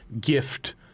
gift